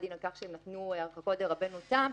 הדין על כך שהם נתנו הרחקות של דרבנו תם,